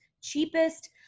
cheapest